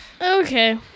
Okay